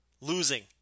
losing